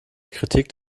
kritik